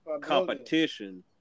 competition